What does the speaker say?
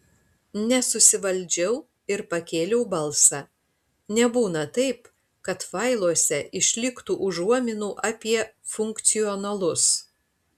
nesusivaldžiau ir pakėliau balsą nebūna taip kad failuose išliktų užuominų apie funkcionalus